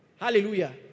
Hallelujah